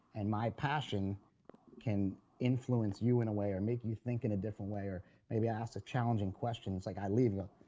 and my passion can influence you in a way or make you think in a different way, or maybe i ask a challenging question, it's like i leave, you